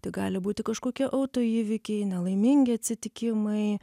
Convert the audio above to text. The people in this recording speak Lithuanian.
tai gali būti kažkokie autoįvykiai nelaimingi atsitikimai